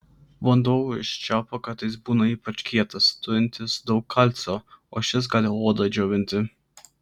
vanduo iš čiaupo kartais būna ypač kietas turintis daug kalcio o šis gali odą džiovinti